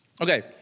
Okay